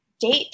date